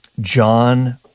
John